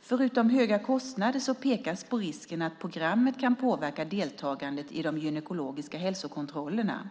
Förutom höga kostnader pekades på risken att programmet kan påverka deltagandet i gynekologiska hälsokontroller.